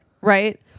right